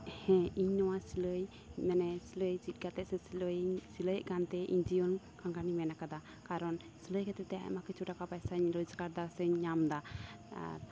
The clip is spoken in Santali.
ᱦᱮᱸ ᱤᱧ ᱱᱚᱣᱟ ᱥᱤᱞᱟᱹᱭ ᱢᱟᱱᱮ ᱥᱤᱞᱟᱹᱭ ᱪᱮᱫ ᱠᱟᱛᱮᱫ ᱥᱮ ᱥᱤᱞᱟᱹᱭ ᱥᱤᱞᱟᱹᱭᱮᱫ ᱠᱟᱱᱛᱮ ᱡᱤᱭᱚᱱ ᱠᱷᱟᱸᱰᱟᱣᱤᱧ ᱢᱮ ᱟᱠᱟᱫᱟ ᱠᱟᱨᱚᱱ ᱥᱤᱞᱟᱹᱭ ᱠᱷᱟᱹᱛᱤᱨᱛᱮ ᱟᱭᱢᱟ ᱠᱤᱪᱷᱩ ᱴᱟᱠᱟ ᱯᱚᱭᱥᱟᱧ ᱨᱳᱡᱽᱜᱟᱨᱫᱟ ᱥᱮᱧ ᱧᱟᱢᱫᱟ